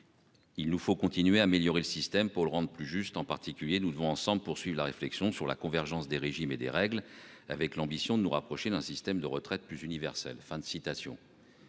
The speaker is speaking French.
Il nous faut continuer à améliorer le système pour le rendre plus juste. En particulier, nous devons ensemble poursuivre la réflexion sur la convergence des régimes et des règles avec l'ambition de nous rapprocher d'un système de retraite plus universel.